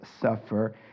suffer